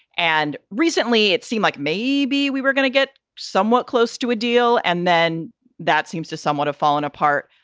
and recently it seemed like maybe we were going to get somewhat close to a deal and then that seems to somewhat have fallen apart.